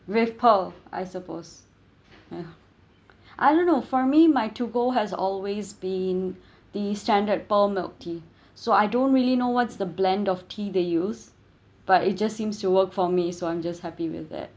with pearl I suppose ya I don't know for me my to go has always been the standard pearl milk tea so I don't really know what's the blend of tea they use but it just seems to work for me so I'm just happy with it